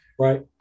Right